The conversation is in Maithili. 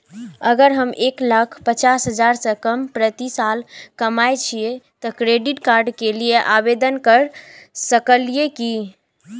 अगर हम एक लाख पचास हजार से कम प्रति साल कमाय छियै त क्रेडिट कार्ड के लिये आवेदन कर सकलियै की?